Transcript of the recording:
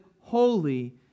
holy